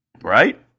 right